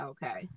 Okay